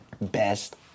best